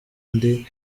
nde